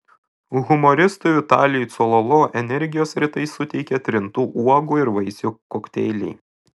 humoristui vitalijui cololo energijos rytais suteikia trintų uogų ir vaisių kokteiliai